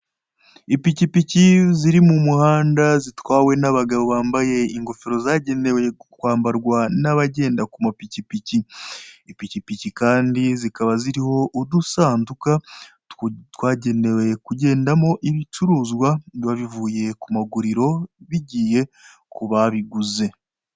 Ipikipiki ziri mu muhanda zitwawe n'abagabo bambaye ingofero zagenewe kwambarwa n'abagenda ku mapikipiki. Ipikipiki kandi zikaba ziriho udusanduka twagenewe kugendamo ibicuruzwa biba bivuye ku maguriro bigiye ku babiguze.